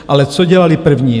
Ale co dělali první?